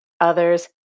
Others